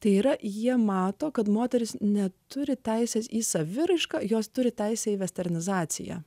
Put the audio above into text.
tai yra jie mato kad moteris neturi teisės į saviraišką jos turi teisę įvesti organizaciją